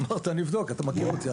אמרת, אני אבדוק, אתה מכיר אותי.